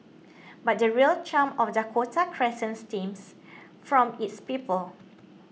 but the real charm of Dakota Crescent stems from its people